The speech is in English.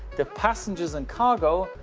the passengers and cargo,